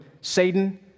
Satan